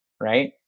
right